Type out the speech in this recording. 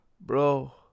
Bro